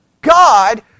God